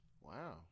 Wow